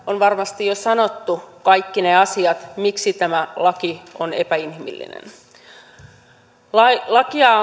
on varmasti jo sanottu kaikki ne asiat miksi tämä laki on epäinhimillinen lakia